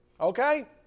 Okay